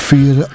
Fear